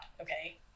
Okay